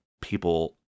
people